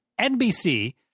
NBC